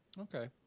Okay